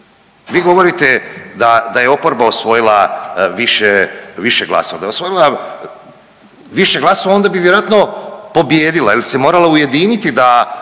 vi govorite da je oporba osvojila više glasova. Da je osvojila više glasova onda bi vjerojatno pobijedila ili se morala ujediniti da